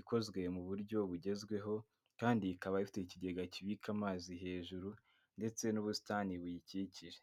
ikozwe mu buryo bugezweho kandi ikaba ifite ikigega kibika amazi hejuru ndetse n'ubusitani buyikikije.